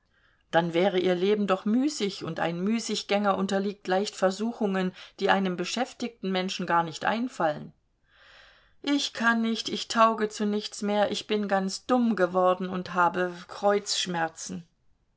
dann wäre ihr leben doch müßig und ein müßiggänger unterliegt leicht versuchungen die einem beschäftigten menschen gar nicht einfallen ich kann nicht ich tauge zu nichts mehr ich bin ganz dumm geworden und habe kreuzschmerzen